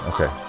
Okay